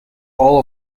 all